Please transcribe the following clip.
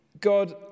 God